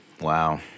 Wow